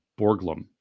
Borglum